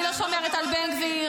אני לא שומרת על בן גביר.